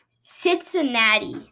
Cincinnati